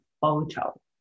photo